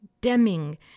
Deming